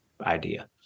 idea